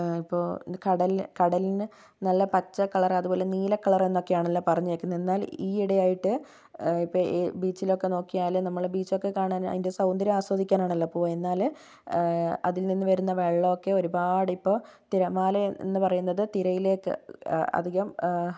ഇപ്പോൾ കടലിൽ കടലിന് നല്ല പച്ച കളർ അതു പോലെ നീല കളറെന്നൊക്കെയാണല്ലോ പറഞ്ഞിരിക്കുന്നത് എന്നാൽ ഈയിടെയായിട്ട് ഇപ്പോൾ ഈ ബീച്ചിലൊക്കെ നോക്കിയാൽ നമ്മൾ ബീച്ചൊക്കെ കാണാനും അതിൻ്റെ സൗന്ദര്യം ആസ്വദിക്കാനാണല്ലോ പോകുക എന്നാൽ അതിൽനിന്ന് വരുന്ന വെള്ളമൊക്കെ ഒരുപാട് ഇപ്പോൾ തിരമാലയെന്നു പറയുന്നത് തിരയിലേക്ക് അധികം